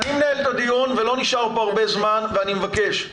אני מנהל את הדיון ולא נשאר פה הרבה זמן ואני מבקש,